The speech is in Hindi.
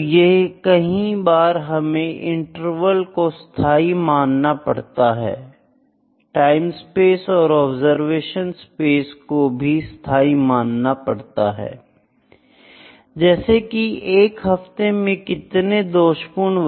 तो कहीं बार हमें इंटरवल को स्थाई मानना पड़ता है टाईम स्पेस और ऑब्जरवेशन स्पेस को भी स्थाई मानना पड़ता है जैसे कि 1 हफ्ते में कितने दोषपूर्ण